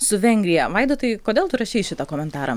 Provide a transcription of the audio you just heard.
su vengrija vaidotai kodėl tu rašei šitą komentarą